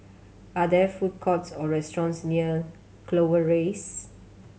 are there food courts or restaurants near Clover Rise